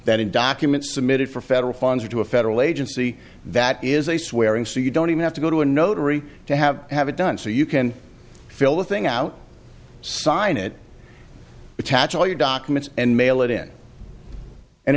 that in documents submitted for federal funds or to a federal agency that is a swearing so you don't even have to go to a notary to have to have it done so you can fill the thing out sign it attach all your documents and mail it in and